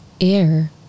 air